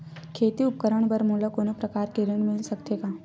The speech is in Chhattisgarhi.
खेती उपकरण बर मोला कोनो प्रकार के ऋण मिल सकथे का?